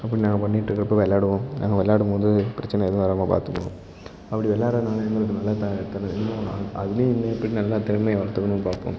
அப்படி நாங்கள் பண்ணிகிட்ருக்குறப்ப விளாடுவோம் நாங்கள் விளாடும்போது பிரச்சின எதுவும் வராமல் பார்த்துப்போம் அப்படி விளாட்றதுனால எங்களுக்கு நல்ல த அதிலே இன்னும் எப்படி நல்லா திறமையை வளர்த்துக்கணும்னு பார்ப்போம்